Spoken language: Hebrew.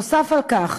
נוסף על כך,